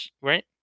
right